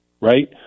right